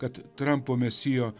kad trampo mesijo